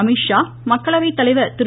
அமீத்ஷா மக்களவை தலைவர் திரு